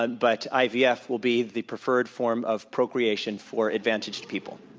ah but ivf yeah ivf will be the preferred form of procreation for advantaged people?